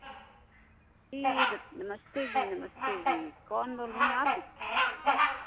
जी नमस्ते जी नमस्ते जी कौन बोल रही हैं आप